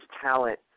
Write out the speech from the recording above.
talent